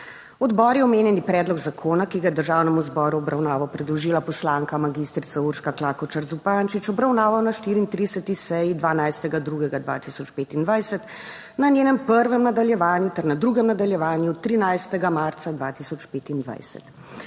Odbor je omenjeni predlog zakona, ki ga je Državnemu zboru v obravnavo predložila poslanka magistrica Urška Klakočar Zupančič obravnaval na 34. seji, 12. 2. 2025, na njenem prvem nadaljevanju ter na 2. nadaljevanju 13. marca 2025.